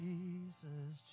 Jesus